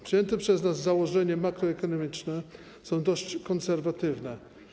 Przyjęte przez nas założenia makroekonomiczne są dość konserwatywne.